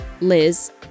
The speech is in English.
Liz